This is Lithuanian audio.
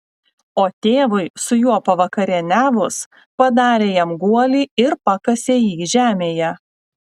o tėvui su juo pavakarieniavus padarė jam guolį ir pakasė jį žemėje